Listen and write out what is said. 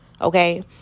Okay